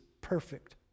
perfect